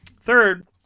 Third